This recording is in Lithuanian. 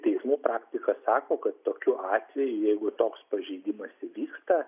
teismų praktika sako kad tokiu atveju jeigu toks pažeidimas įvyksta